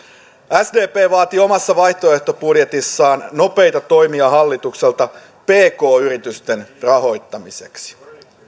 sdp vaati omassa vaihtoehtobudjetissaan nopeita toimia hallitukselta pk yritysten rahoittamiseksi